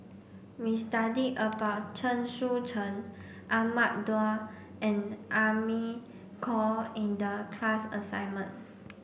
we studied about Chen Sucheng Ahmad Daud and Amy Khor in the class assignment